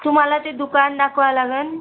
तुम्हाला ते दुकान दाखवावं लागंन